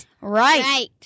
Right